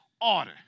order